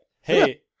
hey